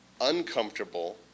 uncomfortable